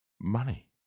Money